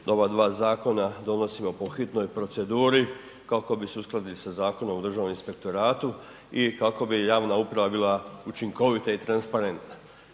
ova dva zakona donosimo po hitnoj proceduri kako bi se uskladili sa Zakonom o Državnom inspektoratu i kako bi javna uprava bila učinkovita i transparentna.